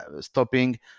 stopping